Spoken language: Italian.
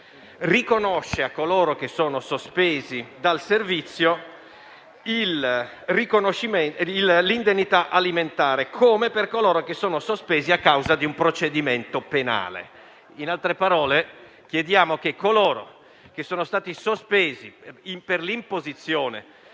riconosce a coloro che sono sospesi dal servizio il riconoscimento dell'indennità alimentare, come per coloro che sono sospesi a causa di un procedimento penale. In altre parole, chiediamo che coloro che sono stati sospesi per l'imposizione